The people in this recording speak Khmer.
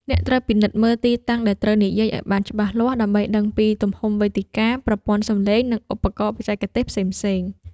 អ្នកត្រូវពិនិត្យមើលទីតាំងដែលត្រូវនិយាយឱ្យបានច្បាស់លាស់ ដើម្បីដឹងពីទំហំវេទិកា ប្រព័ន្ធសំឡេង និងឧបករណ៍បច្ចេកទេសផ្សេងៗ។